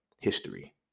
history